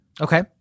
Okay